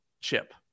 chip